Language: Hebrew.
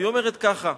והיא אומרת כך,